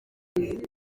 iyi